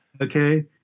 Okay